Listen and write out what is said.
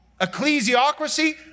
Ecclesiocracy